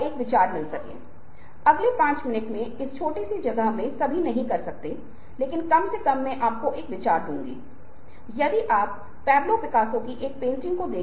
वह तर्क निरंतरता और फिर से वह चीज है जो आपको विभिन्न संदर्भों में मिलती है